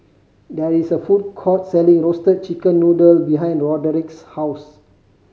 there is a food court selling Roasted Chicken Noodle behind Roderic's house